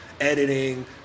editing